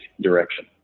direction